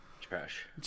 Trash